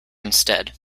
instead